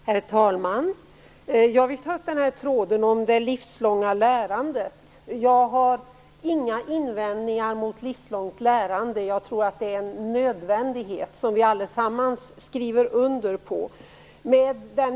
Herr talman! Jag vill ta upp tråden om det livslånga lärandet. Jag har inga invändningar mot livslångt lärande. Jag tror att det är en nödvändighet som allesammans skriver under på.